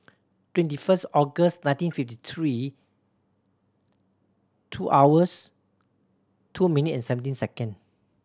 twenty first August nineteen fifty three two hours two minute and seventeen second